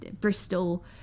Bristol